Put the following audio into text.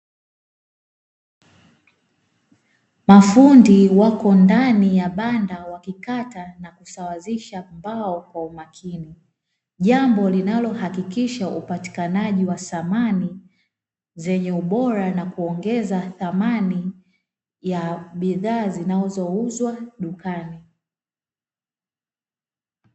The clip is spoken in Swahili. Mafundi wako ndani ya banda wakikata na kusawazisha mbao kwa umakini, jambo linalohakikisha upatikanaji wa samani zenye ubora, na kuongeza thamani ya bidhaa zinazouzwa dukani.